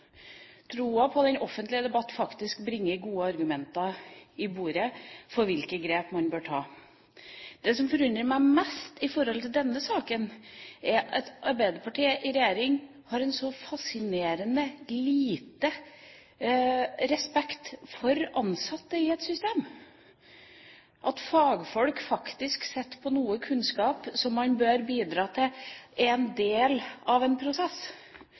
troen på at den offentlige debatt faktisk bringer gode argumenter på bordet for hvilke grep man bør ta. Det som forundrer meg mest i denne saken, er at Arbeiderpartiet i regjering har en så fascinerende liten respekt for ansatte i et system, for at fagfolk faktisk sitter på noe kunnskap som man bør bidra til er en del av en prosess.